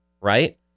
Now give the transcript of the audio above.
right